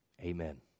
Amen